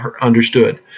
understood